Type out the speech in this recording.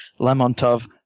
Lamontov